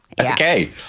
Okay